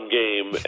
game